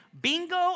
bingo